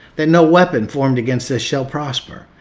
that no weapon formed against us shall prosper.